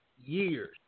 years